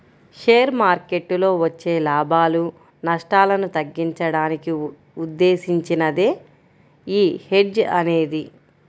share మార్కెట్టులో వచ్చే లాభాలు, నష్టాలను తగ్గించడానికి ఉద్దేశించినదే యీ హెడ్జ్ అనేది